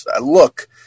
look